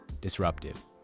disruptive